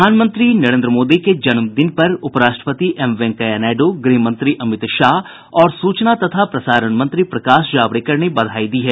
प्रधानमंत्री नरेन्द्र मोदी के जन्मदिन पर उपराष्ट्रपति वेंकैया नायडू गृह मंत्री अमित शाह और सूचना तथा प्रसारण मंत्री प्रकाश जावडेकर ने बधाई दी है